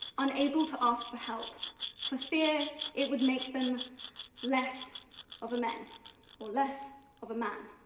unable to ask for help for fear it would make them less of a men or less of a man.